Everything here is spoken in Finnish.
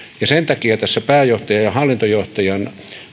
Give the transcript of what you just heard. sen takia tässä pääjohtajan ja hallintojohtajan